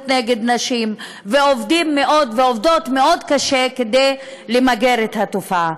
נגד נשים ועובדים ועובדות מאוד קשה כדי למגר את התופעה.